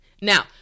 Now